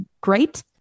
great